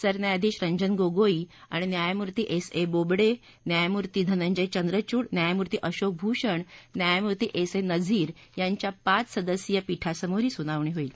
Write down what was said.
सरन्यायाधीश न्यायमूर्ती रंजन गोगोई आणि न्यायमूर्ती एस ए बोबडे न्यायमूर्ती धनंजय चंद्रचूड न्यायमूर्ती अशोक भूषण न्यायमूर्ती एस ए नझीर यांच्या पाच सदस्यीय पीठासमोर ही सुनावणी होईल